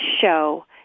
show